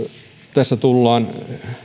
tässä tullaan